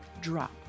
drop